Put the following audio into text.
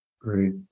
Great